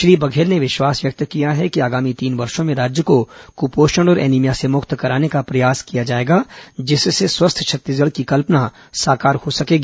श्री बघेल ने विश्वास व्यक्त किया है कि आगामी तीन वर्षों में राज्य को कुपोषण और एनीमिया से मुक्त कराने का प्रयास किया जाएगा जिससे स्वस्थ छत्तीसगढ़ की कल्पना साकार हो सकेगी